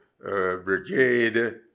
brigade